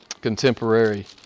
contemporary